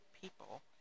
people